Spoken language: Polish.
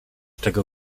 tego